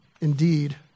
indeed